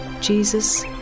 Jesus